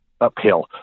uphill